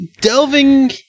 delving